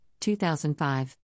2005